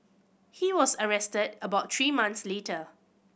he was arrested about three months later